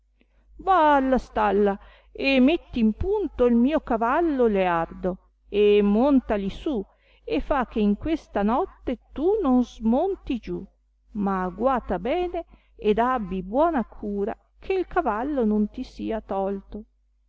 va alla stalla e metti in punto il mio cavallo leardo e montali su e fa che in questa notte tu non smonti giù ma guata bene ed abbi buona cura che cavallo non ti sia tolto